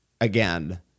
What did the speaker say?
again